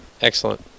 Excellent